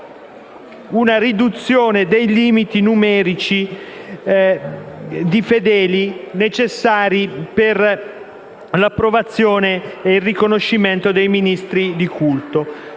una riduzione dei limiti numerici di fedeli necessari per l'approvazione e il riconoscimento dei ministri di culto,